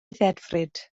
ddedfryd